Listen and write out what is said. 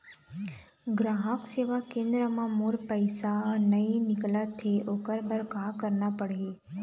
ग्राहक सेवा केंद्र म मोर पैसा नई निकलत हे, ओकर बर का करना पढ़हि?